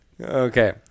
Okay